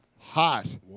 Hot